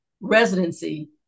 residency